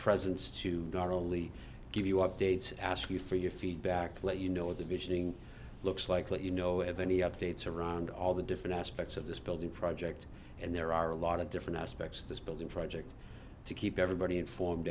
presence to not only give you updates ask you for your feedback let you know what the visioning looks like let you know of any updates around all the different aspects of this building project and there are a lot of different aspects of this building project to keep everybody informed